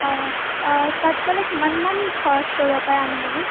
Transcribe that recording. অ অ তাত গ'লে কিমানমান খৰচ পৰিব পাৰে আনুমানিক